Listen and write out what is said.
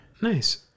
Nice